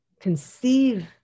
conceive